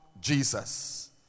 Jesus